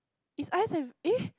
it's ice and eh